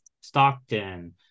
Stockton